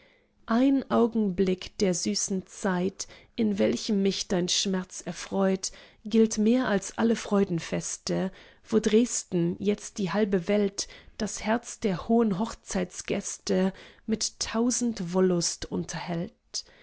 ein augenblick der süßen zeit in welchem mich dein scherz erfreut gilt mehr als alle freudenfeste wo dresden jetzt die halbe welt das herz der hohen hochzeitgäste mit tausend wollust unterhält